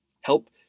Help